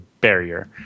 barrier